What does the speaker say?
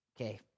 okay